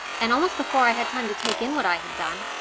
and almost before i had time to take in what i had done,